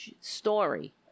story